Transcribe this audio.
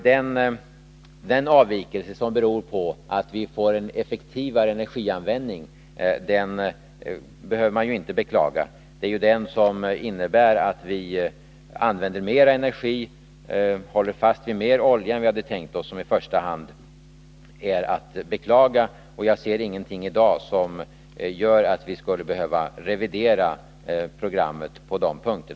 Den avvikelse som beror på att vi får en effektivare energianvändning behöver man naturligtvis inte beklaga, utan det är i första hand en avvikelse som innebär att vi använder mer energi och håller fast vid oljeanvändning i större utsträckning än vi har tänkt oss som är att beklaga. Jag ser ingenting som gör att vi i dag skulle behöva revidera programmet på dessa punkter.